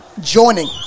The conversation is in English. joining